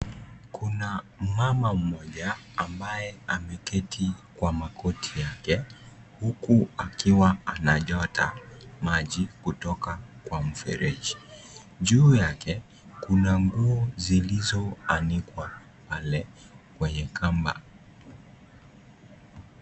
Kuna mmama mmoja ambaye ameketi kwa magoti yake huku akiwa anachota maji kutoka kwa mfereji. Juu yake kuna nguo zilizoanikwa pale kwenye kamba.